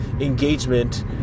engagement